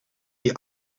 die